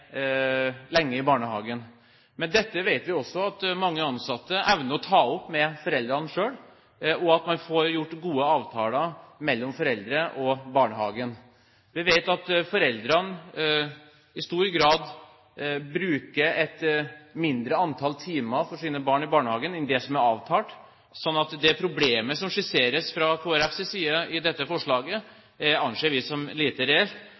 mange ansatte evner å ta opp med foreldrene selv, og at man får gjort gode avtaler mellom foreldrene og barnehagen. Vi vet at foreldrene i stor grad bruker et mindre antall timer for sine barn i barnehagen enn det som er avtalt, slik at det problemet som skisseres fra Kristelig Folkepartis side i dette forslaget, anser vi som lite